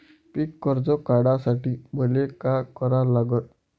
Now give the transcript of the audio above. पिक कर्ज काढासाठी मले का करा लागन?